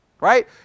Right